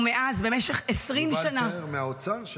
ומאז, במשך 20 שנה --- יובל טלר מהאוצר?